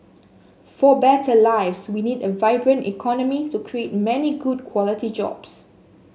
for better lives we need a vibrant economy to create many good quality jobs